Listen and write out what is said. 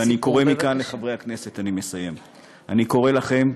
אני קורא מכאן לחברי הכנסת, אני קורא לכם: